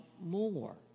more